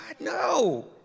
No